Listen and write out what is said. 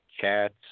Chats